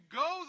go